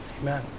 Amen